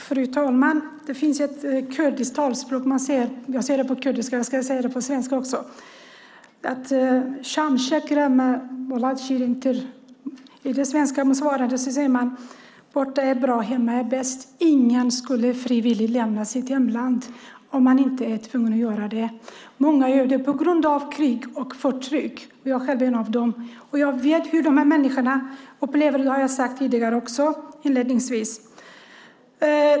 Fru talman! Det finns ett kurdiskt talesätt, nämligen sham shakra belam welat shirinteré. På svenska motsvaras det av borta bra men hemma bäst. Ingen skulle frivilligt lämna sitt hemland om man inte är tvungen att göra det. Många gör det på grund av krig och förtryck. Jag är själv en av dem. Jag vet hur människorna upplever situationen, och det sade jag också inledningsvis.